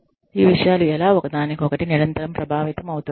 ఈ విషయాలు ఎలా ఒకదానికొకటి నిరంతరం ప్రభావితం అవుతున్నాయి